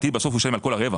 בסוף הוא ישלם על כל הרווח.